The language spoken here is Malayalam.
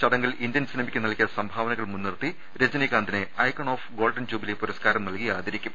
ചടങ്ങിൽ ഇന്ത്യൻ സിനിമക്ക് നൽകിയ സംഭാവന കൾ മുൻനിർത്തി രജനികാന്തിനെ ഐക്കൺ ഓഫ് ഗോൾഡൻ ജൂബിലി പുരസ്കാരം നൽകി ആദരിക്കും